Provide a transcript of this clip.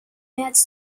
märz